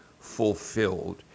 fulfilled